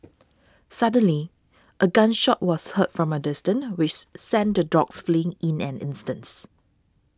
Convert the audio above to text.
suddenly a gun shot was fired from a distance which sent the dogs fleeing in an instance